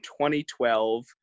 2012